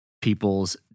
people's